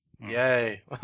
Yay